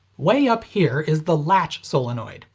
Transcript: way up here is the latch solenoid.